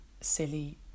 silly